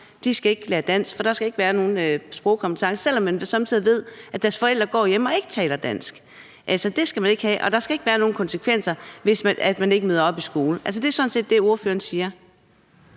ikke skal lære dansk, for der skal ikke være nogen sprogkompetence, selv om man somme tider ved, at deres forældre går hjemme og ikke taler dansk? Man siger: Det skal man ikke have, og der skal ikke være nogen konsekvenser, hvis man ikke møder op i skolen. Det er sådan set det, ordføreren siger.